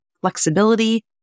flexibility